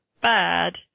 bad